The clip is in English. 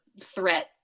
threat